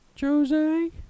jose